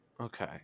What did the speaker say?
Okay